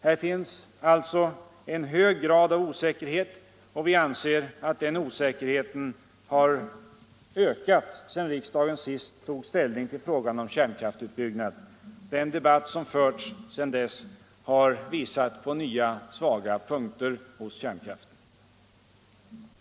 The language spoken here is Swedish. Här finns alltså en hög grad av osäkerhet, och vi anser att den osäkerheten har ökat sedan riksdagen sist tog ställning till frågan om kärnkraftsutbyggnad. Den debatt som förts sedan dess har visat på nya svagheter hos kärnkraften.